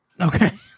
Okay